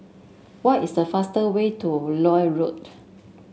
what is the fast way to Lloyd Road